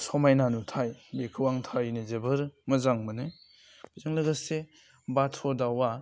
समायना नुथाय बेखौ आं थारैनो जोबोर मोजां मोनो बेजों लोगोसे बाथ' दावा